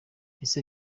ese